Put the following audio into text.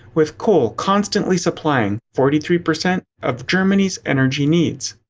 with coal constantly supplying forty three percent of germany's energy needs.